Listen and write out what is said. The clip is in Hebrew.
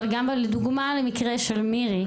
אבל לדוגמה במקרה של מירי,